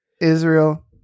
Israel